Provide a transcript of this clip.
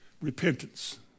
repentance